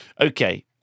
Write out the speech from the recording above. okay